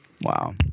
Wow